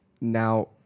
Now